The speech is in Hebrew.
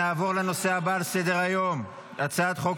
נעבור לנושא הבא על סדר-היום: הצעת חוק